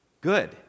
good